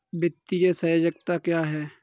वित्तीय सहायता क्या होती है?